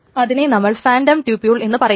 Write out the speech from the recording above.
അതിനെ നമ്മൾ phantom tuple എന്നു പറയുന്നു